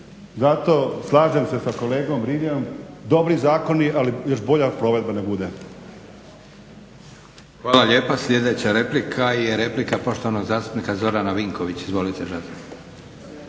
Zato slažem se s kolegom Rilje dobri zakoni, ali još bolja provedba nek bude.